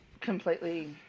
completely